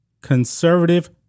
conservative